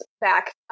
back